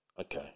Okay